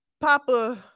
Papa